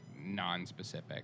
non-specific